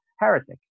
heretic